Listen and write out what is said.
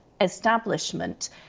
establishment